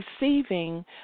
receiving